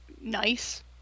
nice